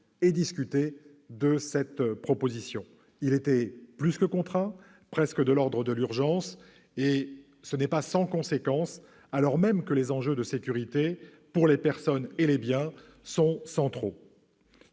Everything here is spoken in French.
et en débattre : il était plus que contraint, voire de l'ordre de l'urgence, et ce n'est pas sans conséquence, alors même que les enjeux en termes de sécurité pour les personnes et les biens sont centraux.